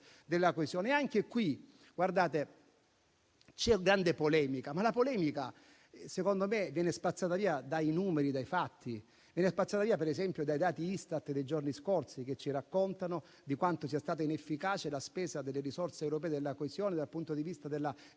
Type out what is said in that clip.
Anche qui, c'è grande polemica, ma la polemica secondo me viene spazzata via dai numeri e dai fatti. Viene spazzata via, per esempio, dai dati Istat dei giorni scorsi, che ci raccontano di quanto sia stata inefficace la spesa delle risorse europee della coesione dal punto di vista della capacità